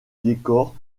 décor